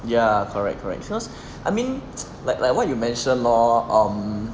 ya correct correct I mean like like what you mentioned lor um